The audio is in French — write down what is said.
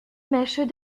mèches